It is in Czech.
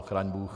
Chraň bůh.